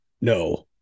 no